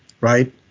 right